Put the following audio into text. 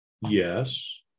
Yes